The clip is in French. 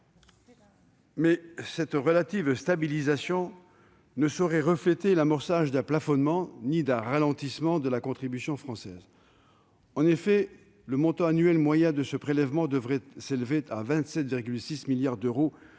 cette relative stabilisation ne saurait refléter l'amorçage d'un plafonnement ni d'un ralentissement de la contribution française. En effet, le montant annuel moyen de ce prélèvement devrait s'élever à 27,6 milliards d'euros